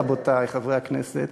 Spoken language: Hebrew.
רבותי חברי הכנסת,